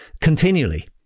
continually